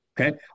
Okay